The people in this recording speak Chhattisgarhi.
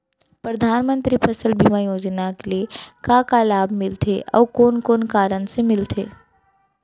परधानमंतरी फसल बीमा योजना ले का का लाभ मिलथे अऊ कोन कोन कारण से मिलथे?